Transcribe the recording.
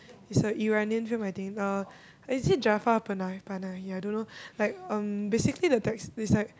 is a Iranian film I think uh is it Jafar-Panahi Panahi ya I don't know like um basically the tax it's like